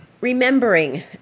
remembering